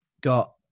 got